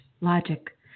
logic